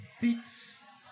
beats